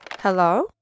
Hello